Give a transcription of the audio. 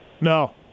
No